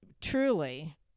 truly